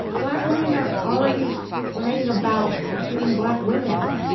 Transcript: black women are already writing about being black women,